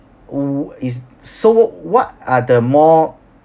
who is so what are the more